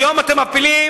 היום אתם מפילים,